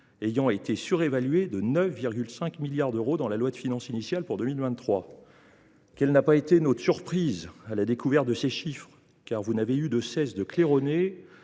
a été surévaluée de 9,5 milliards d’euros dans la loi de finances initiale pour 2023. Quelle n’a pas été notre surprise à la découverte de ces chiffres, puisque vous n’aviez cessé de claironner